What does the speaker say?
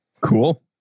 Cool